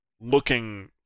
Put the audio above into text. looking